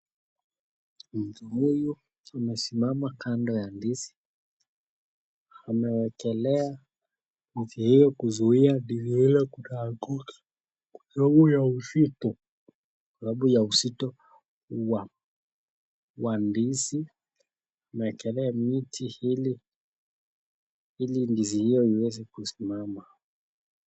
Mtu huyu amesimama kando ya ndizi amewekelea mti hiyo kuzuia ndizi hiyo kuanguka kwa sababu ya uzito wa hiyo ndizi amewekelea miti ndizi hiyo iweze kusimama.